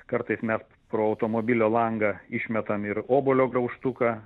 kartais mes pro automobilio langą išmetam ir obuolio graužtuką